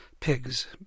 pigs